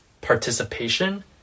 participation